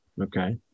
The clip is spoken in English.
okay